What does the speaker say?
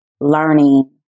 learning